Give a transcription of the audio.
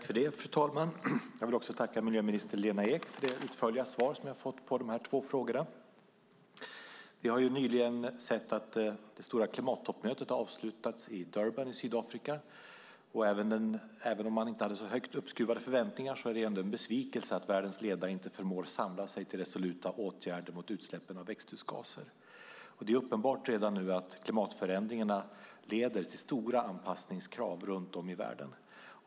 Fru talman! Jag tackar miljöminister Lena Ek för det utförliga svaret på mina två frågor. Det stora klimattoppmötet i Durban i Sydafrika har nyligen avslutats. Även om man inte hade så högt uppskruvade förväntningar är det en besvikelse att världens ledare inte förmår samla sig till resoluta åtgärder mot utsläppen av växthusgaser. Det är redan nu uppenbart att klimatförändringar leder till stora anpassningskrav runt om i världen.